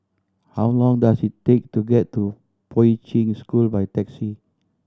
how long does it take to get to Poi Ching School by taxi